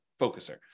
focuser